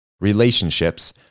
Relationships